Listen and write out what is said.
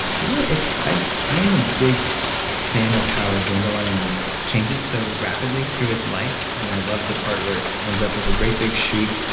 you know i i am a big fan of how a dandelion changes so rapidly through its life. and i love the part where it ends up with a great big shoot.